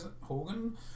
Hogan